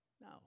No